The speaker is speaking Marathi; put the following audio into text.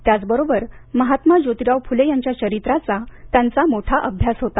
त्याच बरोबर महात्मा ज्योतीराव फुले यांच्या चरित्राचा त्यांचा मोठा अभ्यास होता